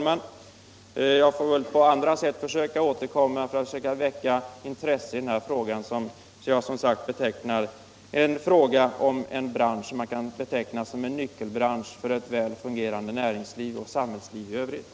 Men jag får väl, herr talman, återkomma för att på andra sätt försöka väcka intresse för frågan, vilken som sagt enligt min mening gäller en bransch som kan betecknas såsom en nyckelbransch i ett väl fungerande näringsliv och samhällslivet i övrigt.